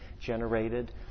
generated